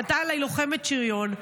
פנתה אליי לוחמת שריון,